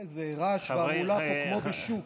איזה רעש באולם פה, כמו בשוק.